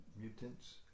mutants